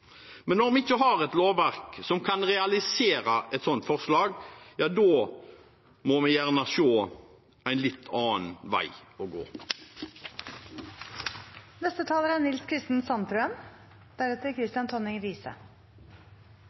Men når vi ikke har et lovverk som kan realisere et slikt forslag, må vi se om det er en annen vei å